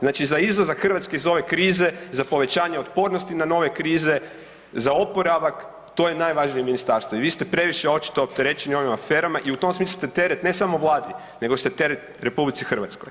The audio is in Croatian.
Znači, za izlazak Hrvatske iz ove krize, za povećanje otpornosti na nove krize, za oporavak, to je najvažnije ministarstvo i vi ste previše očito opterećeni ovim aferama i u tom smislu ste teret ne samo vladi nego ste teret RH.